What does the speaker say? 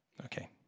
Okay